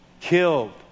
killed